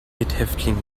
mithäftling